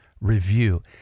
Review